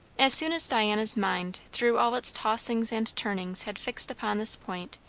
as soon as diana's mind through all its tossings and turnings had fixed upon this point,